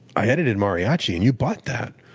i edited mariachi and you bought that.